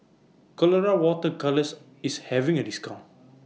Colora Water Colours IS having A discount